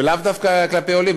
ולאו דווקא כלפי עולים.